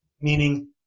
meaning